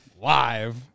Live